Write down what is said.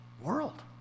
world